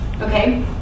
okay